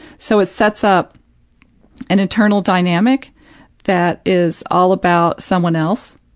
so, it sets up an eternal dynamic that is all about someone else,